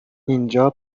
اینجا